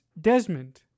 Desmond